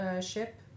ship